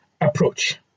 approach